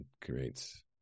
creates